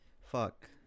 Fuck